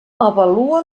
avalua